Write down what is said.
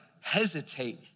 hesitate